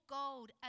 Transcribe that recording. gold